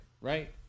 Right